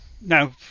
now